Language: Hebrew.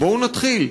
בואו נתחיל.